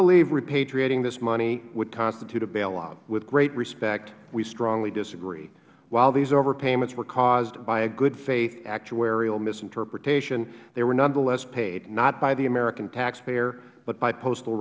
believe repatriating this money would constitute a bailout with great respect we strongly disagree while these overpayments were caused by a good faith actuarial misinterpretation they were nonetheless paid not by the american taxpayer but by postal